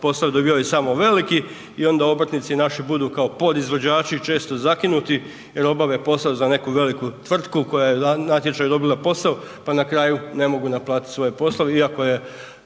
poslove dobivaju samo veliki i onda obrtnici naši budu kao podizvođači, često zakinuti jer obave posao za neku veliku tvrtku koja je na natječaju dobila posao pa na kraju ne mogu naplatiti svoje poslove, iako je